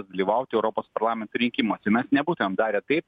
dalyvauti europos parlamento rinkimuose mes nebūtumėm darę taip